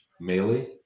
melee